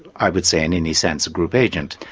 i would say, in any sense a group agent.